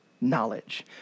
knowledge